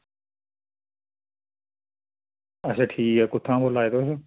अच्छा ठीक ऐ कुत्थां बोल्ला दे तुस